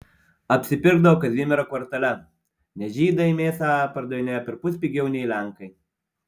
apsipirkdavo kazimiero kvartale nes žydai mėsą pardavinėjo perpus pigiau nei lenkai